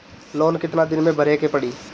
Loan कितना दिन मे भरे के पड़ी?